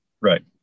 Right